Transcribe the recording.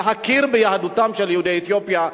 להכיר ביהדותם של יהודי אתיופיה,